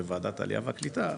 בוועדת העלייה והקליטה,